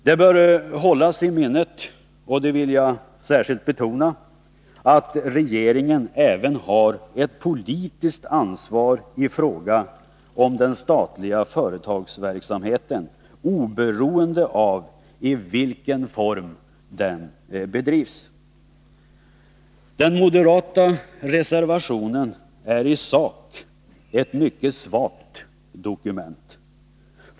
Det bör hållas i minnet, och det vill jag särskilt betona, att regeringen även har ett politiskt ansvar i fråga om den statliga företagsverksamheten oberoende av i vilken form den bedrivs. Den moderata reservationen är i sak ett mycket svagt dokument.